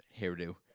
hairdo